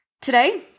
Today